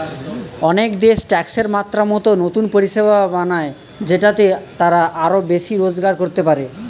অনেক দেশ ট্যাক্সের মাত্রা মতো নতুন পরিষেবা বানায় যেটাতে তারা আরো বেশি রোজগার করতে পারে